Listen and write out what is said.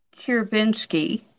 Chervinsky